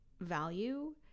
value